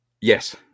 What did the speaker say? Yes